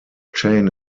chain